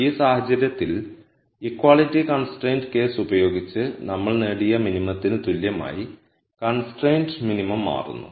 ഈ സാഹചര്യത്തിൽ equality constrained case ഉപയോഗിച്ച് നമ്മൾ നേടിയ മിനിമത്തിന് തുല്യമായി കൺസ്ട്രൈൻഡ് മിനിമം മാറുന്നു